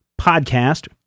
podcast